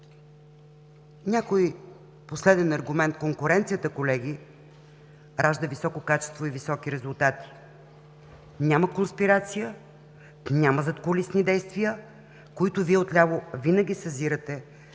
Последен аргумент – конкуренцията, колеги, ражда високо качество и високи резултати. Няма конспирация, няма задкулисни действия, които Вие отляво винаги съзирате,